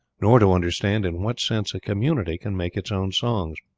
nor to understand in what sense a community can make its own songs.